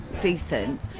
decent